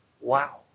wow